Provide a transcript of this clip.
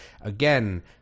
Again